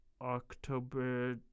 October